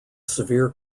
severe